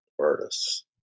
artists